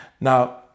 Now